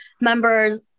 members